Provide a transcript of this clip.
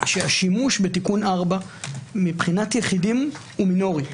שהשימוש בתיקון 4 לגבי יחידים הוא מינורי.